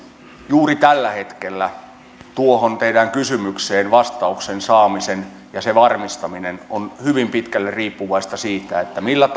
juuri tällä hetkellä tuohon teidän kysymykseenne vastauksen saaminen ja sen varmistaminen on hyvin pitkälle riippuvaista siitä millä